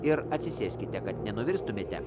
ir atsisėskite kad nenuvirstumėte